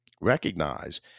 recognize